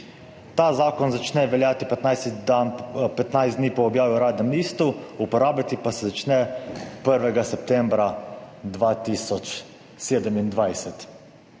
Ta zakon začne veljati 15 dni po objavi v Uradnem listu, uporabljati pa se začne 1. septembra 2027.